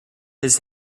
his